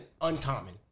uncommon